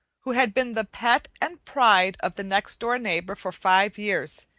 who had been the pet and pride of the next-door neighbor for five years,